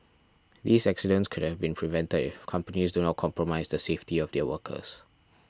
these accidents could have been prevented if companies do not compromise the safety of their workers